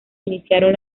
iniciaron